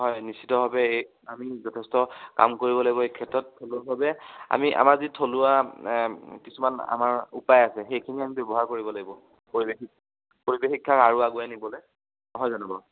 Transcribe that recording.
হয় নিশ্চিতভাৱে এই আমি যথেষ্ট কাম কৰিব লাগিব এই ক্ষেত্ৰত থলুৱাভাৱে আমি আমাৰ যি থলুৱা কিছুমান আমাৰ উপায় আছে সেইখিনি আমি ব্যৱহাৰ কৰিব লাগিব পৰিৱেশ পৰিৱেশ শিক্ষাক আৰু আগুৱাই নিবলৈ নহয় জানো বাৰু